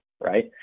Right